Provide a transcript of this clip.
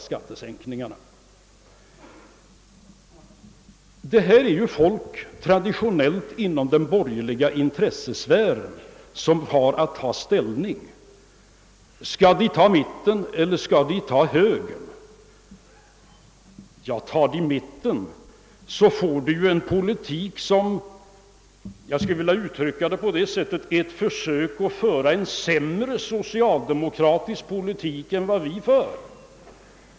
Det rör sig här om personer som traditionellt tillhör den borgerliga intressesfären och som har att ta ställning till frågan: Skall vi välja mitten eller högern? Väljer de mitten får de en politik som — jag skulle vilja uttrycka det på det viset — är ett försök att föra en sämre socialdemokratisk politik än socialdemokraterna för.